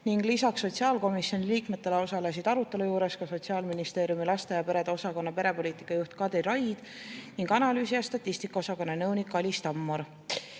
Lisaks sotsiaalkomisjoni liikmetele osalesid arutelul Sotsiaalministeeriumi laste ja perede osakonna perepoliitika juht Kadri Raid ning analüüsi ja statistika osakonna nõunik Alis Tammur.